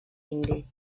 indi